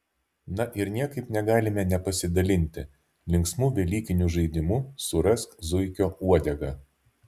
na ir niekaip negalime nepasidalinti linksmu velykiniu žaidimu surask zuikio uodegą